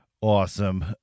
awesome